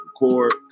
record